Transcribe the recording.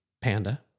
panda